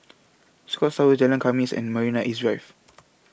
The Scotts Tower Jalan Khamis and Marina East Drive